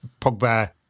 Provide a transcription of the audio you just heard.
Pogba